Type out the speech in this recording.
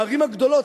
הערים הגדולות,